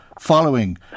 following